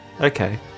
okay